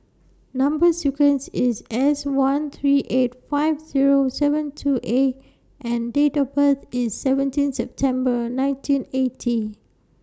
Number sequence IS S one three eight five Zero seven two A and Date of birth IS seventeen September nineteen eighty